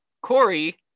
Corey